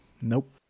Nope